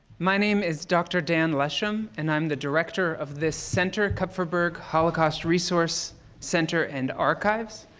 my name is dr. dan lesham, and i'm the director of this center, kupferberg holocaust resource center and archives.